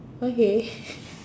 okay